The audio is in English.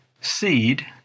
seed